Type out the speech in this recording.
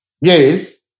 Yes